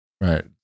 Right